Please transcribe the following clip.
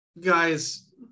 guys